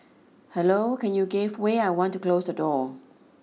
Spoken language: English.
hello can you give way I want to close the door